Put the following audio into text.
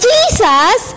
Jesus